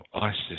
Isis